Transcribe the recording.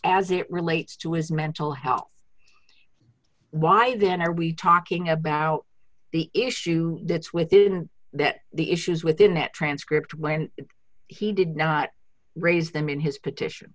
as it relates to his mental health why then are we talking about the issue that's within that the issues within that transcript when he did not raise them in his petition